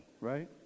right